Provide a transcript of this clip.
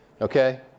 Okay